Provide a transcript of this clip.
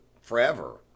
forever